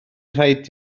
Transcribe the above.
rhaid